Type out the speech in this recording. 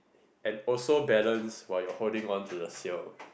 and also balance while you are holding on to the seal